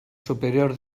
superior